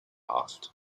asked